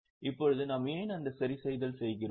இப்போது நாம் ஏன் அந்த சரிசெய்தல் செய்கிறோம்